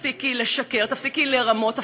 תפסיקי לשקר, תפסיקי לרמות.